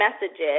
messages